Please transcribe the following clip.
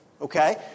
Okay